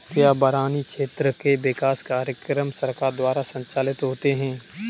क्या बरानी क्षेत्र के विकास कार्यक्रम सरकार द्वारा संचालित होते हैं?